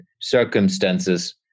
circumstances